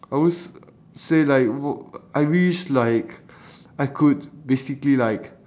I would s~ say like w~ I wish like I could basically like